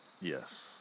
Yes